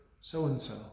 so-and-so